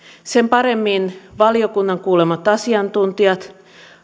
sen paremmin valiokunnan kuulemat asiantuntijat